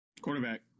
Quarterback